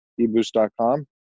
eBoost.com